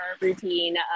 routine